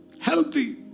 healthy